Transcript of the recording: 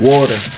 Water